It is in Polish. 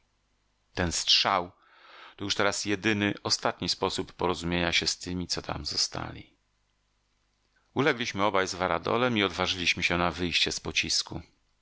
ten strzał to już teraz jedyny ostatni sposób porozumienia się z tymi co tam zostali ulegliśmy obaj z varadolem i odważyliśmy się na wyjście z pocisku